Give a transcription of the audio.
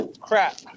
Crap